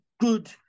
good